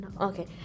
okay